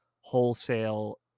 wholesale